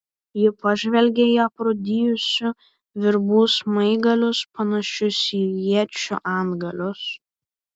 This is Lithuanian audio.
ji pažvelgė į aprūdijusių virbų smaigalius panašius į iečių antgalius